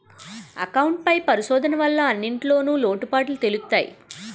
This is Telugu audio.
అకౌంట్ పై పరిశోధన వల్ల అన్నింటిన్లో లోటుపాటులు తెలుత్తయి